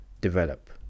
develop